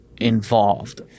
involved